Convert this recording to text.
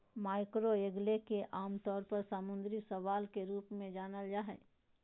macroalgae के आमतौर पर समुद्री शैवाल के रूप में जानल जा हइ